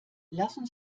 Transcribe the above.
lassen